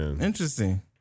Interesting